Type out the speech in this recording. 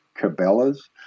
cabela's